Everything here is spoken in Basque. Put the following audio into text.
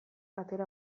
atera